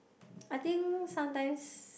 I think sometimes